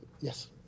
Yes